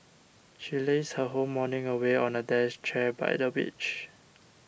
she lazed her whole morning away on a dash chair by the beach